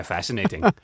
Fascinating